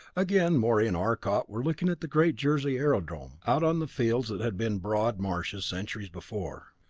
again morey and arcot were looking at the great jersey aerodrome, out on the fields that had been broad marshes centuries before.